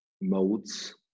modes